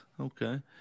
okay